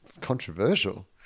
controversial